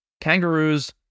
Kangaroos